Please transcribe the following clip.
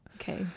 okay